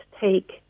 take